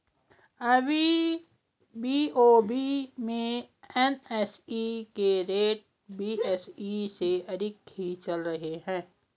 अभी बी.ओ.बी में एन.एस.ई के रेट बी.एस.ई से अधिक ही चल रहे हैं